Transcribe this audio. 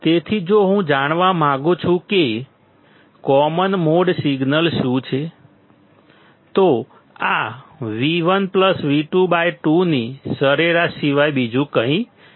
તેથી જો હું જાણવા માંગુ છું કે કોમન મોડ સિગ્નલ શું છે તો આ V1V22 ની સરેરાશ સિવાય બીજું કંઈ નથી